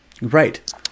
Right